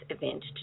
event